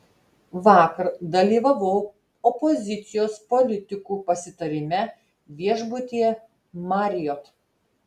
vakar dalyvavau opozicijos politikų pasitarime viešbutyje marriott